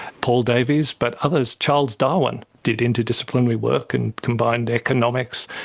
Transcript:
paul davies, but others, charles darwin did interdisciplinary work and combined economics,